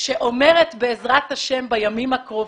שאומרת בעזרת השם בימים הקרובים: